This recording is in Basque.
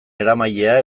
eramailea